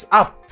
up